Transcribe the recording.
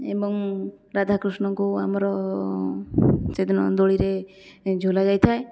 ଏବଂ ରାଧାକୃଷ୍ଣଙ୍କୁ ଆମର ସେଦିନ ଦୋଳିରେ ଝୁଲାଯାଇଥାଏ